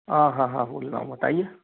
आ हाँ हाँ बोल रहा हूँ बताइए